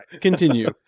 Continue